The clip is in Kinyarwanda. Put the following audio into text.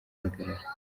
ihagarara